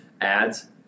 ads